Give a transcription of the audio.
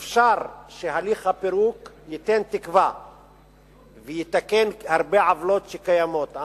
אפשר שהליך הפירוק ייתן תקווה ויתקן הרבה עוולות שקיימות.